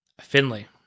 Finley